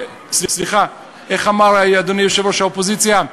סליחה, איך אמר אדוני יושב-ראש האופוזיציה?